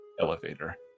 elevator